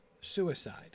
suicide